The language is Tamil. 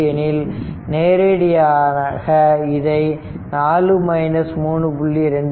2 எனில் நேரடியாக இதனை 4 3